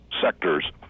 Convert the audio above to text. sectors